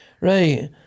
Right